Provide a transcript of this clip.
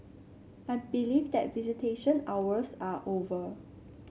I believe that visitation hours are over